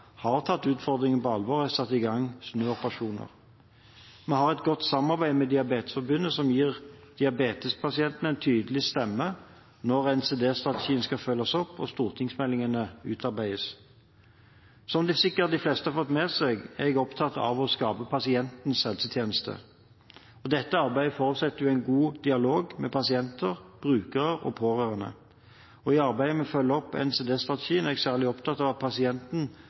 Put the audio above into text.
har tatt utfordringen på alvor og har satt i gang snuoperasjoner. Vi har et godt samarbeid med Diabetesforbundet som gir diabetespasientene en tydelig stemme når NCD-strategien skal følges opp og stortingsmeldingene utarbeides. Som sikkert de fleste har fått med seg, er jeg opptatt av å skape pasientens helsetjeneste. Dette arbeidet forutsetter en god dialog med pasienter, brukere og pårørende. I arbeidet med å følge opp NCD-strategien er jeg særlig opptatt av at pasienten